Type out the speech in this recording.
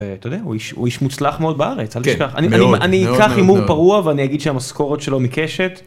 אתה יודע הוא איש מוצלח מאוד בארץ אני אקח הימור פרוע ואני אגיד שהמשכורת שלו מקשת.